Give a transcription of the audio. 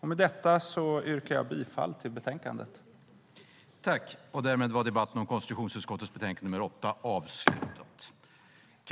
Med detta yrkar jag bifall till förslaget i betänkandet.